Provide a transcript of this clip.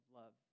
love